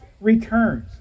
returns